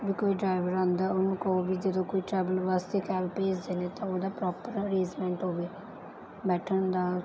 ਵੀ ਕੋਈ ਡਰਾਈਵਰ ਆਉਂਦਾ ਉਹਨੂੰ ਕਹੋ ਵੀ ਜਦੋਂ ਕੋਈ ਟਰੈਵਲ ਵਾਸਤੇ ਕੈਬ ਭੇਜਦੇ ਨੇ ਤਾਂ ਉਹਦਾ ਪ੍ਰੋਪਰ ਅਰੇਜ਼ਮੈਂਟ ਹੋਵੇ ਬੈਠਣ ਦਾ